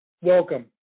Welcome